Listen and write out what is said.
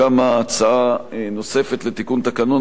הצעה נוספת לתיקון תקנון כנסת,